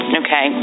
okay